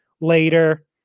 later